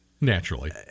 naturally